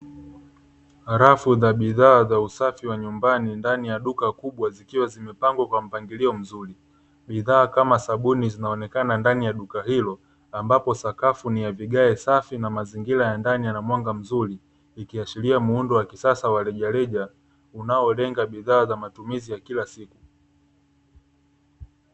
Rafu za bidhaa za usafi wa nyumbani ndani ya duka kubwa zikiwa zimepangwa pangwa kwa mpangilio mzuri, bidhaa kama sabuni zinaonekana ndani ya duka hilo, ambapo sakafu ni ya vigae safi na mazingira ya ndani yana mwanga mzuri ikiashiria muundo wa kisasa wa rejareja unaolenga bidhaa za matumizi ya kila siku.